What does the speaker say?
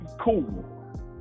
Cool